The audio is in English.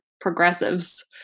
progressives